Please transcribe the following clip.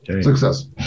Success